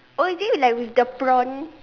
oh is it like with the prawn